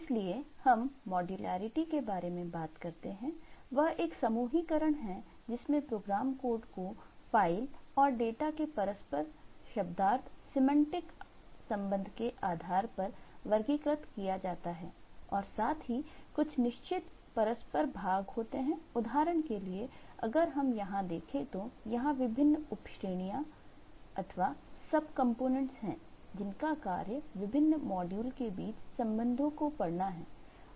इसलिए जब हम मॉड्युलैरिटी है जिनका कार्य विभिन्न मॉड्यूल के बीच संबंधों को पढ़ना है